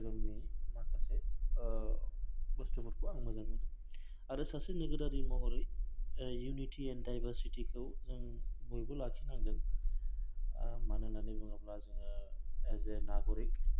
धोरोमनि माखासे बुस्थुफोरखौ आं मोजां मोननो आरो सासे नोगोरारि महरै इउनिथि एन दायबारसिटि खौ जों बयबो लाखिनांगोन मानो होननानै बुङोब्ला जोङो एस ए नाग'रिक